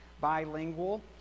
bilingual